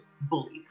bullies